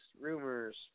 rumors